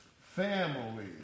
family